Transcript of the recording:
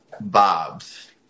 Bobs